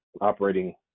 operating